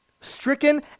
stricken